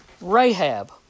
Rahab